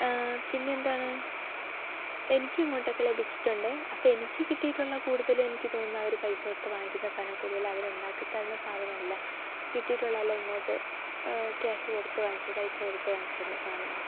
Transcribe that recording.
പിന്നെന്താണ് എനിക്കും ഇങ്ങോട്ടൊക്കെ ലഭിച്ചിട്ടുണ്ട് അപ്പം എനിക്ക് കിട്ടിയിട്ടുള്ള കൂടുതലും എനിക്ക് തോന്നുന്നത് അവർ പൈസ കൊടുത്ത് വാങ്ങിക്കുന്ന സാധനമാണ് കൂടുതലും അവരുണ്ടാക്കി തന്ന സാധനമല്ല കിട്ടിയിട്ടുള്ളതെല്ലാം ഇങ്ങോട്ട് ക്യാഷ് കൊടുത്ത് വാങ്ങിച്ച പൈസ കൊടുത്ത് വാങ്ങിച്ചിരുന്ന സാധനമാണ്